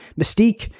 Mystique